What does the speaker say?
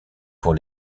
pour